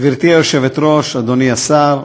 גברתי היושבת-ראש, אדוני השר,